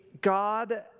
God